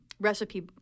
Recipe